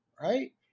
right